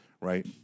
right